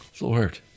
Lord